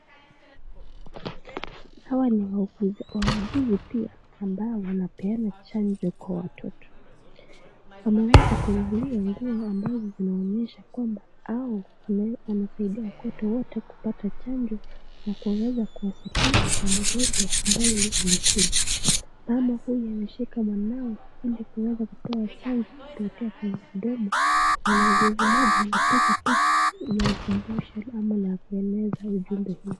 Hao ni wahuguzi pia ambao wanapeana hanjo kwa watoto, wanaweza kungaria nguo ambazo zinaonyesha kwamba hao wanasaidia watoto wote kupata chanjo na kuweza kuwasitiri kwa mangonjwa ambayo zinakuja, mama huyu ameshika mwanawe ili kuweza kupewa chanjo kupitia kwenye mdomo, na muuguzi mmoja anapiga pocha yenye ukumbusho ama la kueneza ujumbe huu.